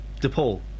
DePaul